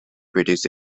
produce